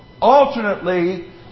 alternately